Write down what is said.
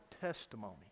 testimony